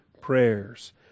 prayers